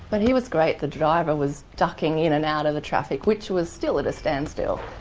but he was great, the driver was ducking in and out of the traffic, which was still at a standstill,